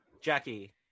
Jackie